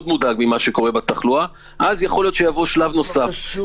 מודאג ממה שקורה בתחלואה אז ייתכן שיבוא שלב נוסף.